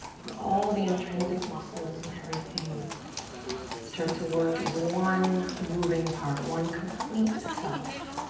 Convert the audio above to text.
where all the intrinsic muscles and everything start to work as one moving part, one complete self